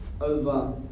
over